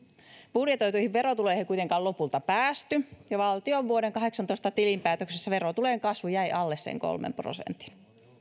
budjetoituihin verotuloihin ei kuitenkaan lopulta päästy ja valtion vuoden kahdeksantoista tilinpäätöksessä verotulojen kasvu jäi alle sen kolmen prosentin